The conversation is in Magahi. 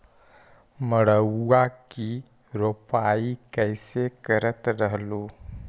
मड़उआ की रोपाई कैसे करत रहलू?